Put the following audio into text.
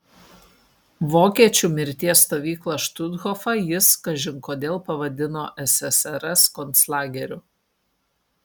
vokiečių mirties stovyklą štuthofą jis kažin kodėl pavadino ssrs konclageriu